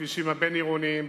בכבישים הבין-עירוניים,